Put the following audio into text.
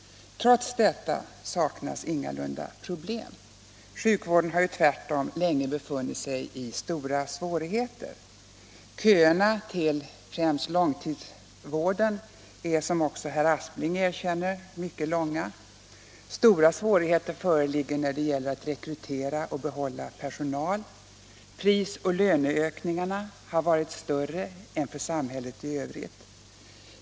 Trots detta saknas ingalunda problem. Sjukvården har tvärtom länge befunnit sig i stora svårigheter. Köerna till främst långtidsvården är, som också herr Aspling erkänner, mycket långa. Stora svårigheter föreligger när det gäller att rekrytera och behålla personal. Pris och löneökningarna har varit större än för samhället i övrigt.